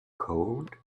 cold